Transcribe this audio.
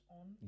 on